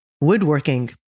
woodworking